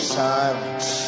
silence